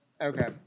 Okay